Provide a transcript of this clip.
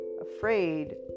afraid